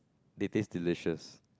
they taste delicious